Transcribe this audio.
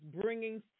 bringing